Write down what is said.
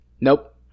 Nope